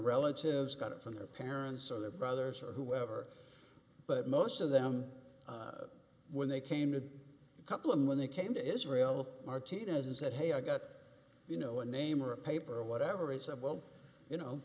relatives got it from the parents of the brothers or whoever but most of them when they came in a couple of them when they came to israel martinez and said hey i got you know a name or a paper or whatever it's a well you know